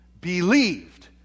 believed